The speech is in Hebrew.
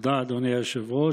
תודה, אדוני היושב-ראש.